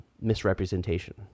misrepresentation